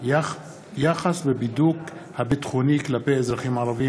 בנושא: יחס בבידוק הביטחוני כלפי אזרחים ערבים.